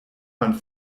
man